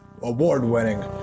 award-winning